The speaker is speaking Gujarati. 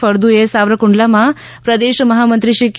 ફળદુએ સાવરકુંડલા માં પ્રદેશ મહામંત્રીશ્રી કે